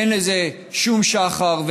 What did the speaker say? אין לזה שום שחר,